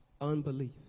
unbelief